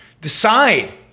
decide